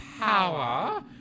power